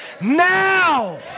now